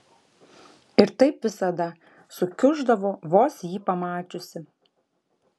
ir taip visada sukiuždavo vos jį pamačiusi